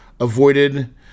avoided